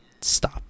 Stop